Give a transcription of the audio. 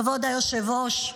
כבוד היושב-ראש,